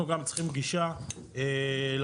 אנחנו צריכים גישה למאגר.